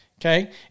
Okay